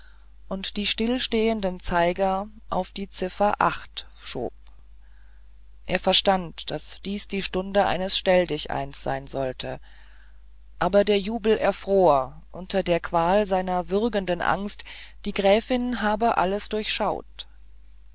und die stillstehenden zeiger auf die ziffer viii schob er verstand daß dies die stunde eines stelldicheins sein sollte aber der jubel erfror unter der qual seiner würgenden angst die gräfin habe alles durchschaut